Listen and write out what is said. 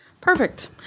Perfect